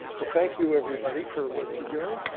well, thank you everybody for what you're doing,